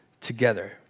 together